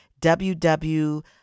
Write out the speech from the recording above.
WW